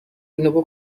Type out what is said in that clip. اینو